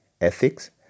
ethics